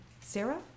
Sarah